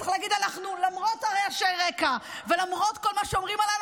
הוא היה צריך להגיד: למרות רעשי הרקע ולמרות כל מה שאומרים עלינו,